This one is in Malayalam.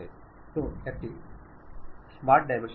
കാരണം നിങ്ങൾ ഉപയോഗിക്കുന്ന വാക്കുകൾ മറ്റ് കക്ഷികൾക്ക് മനസ്സിലാകില്ല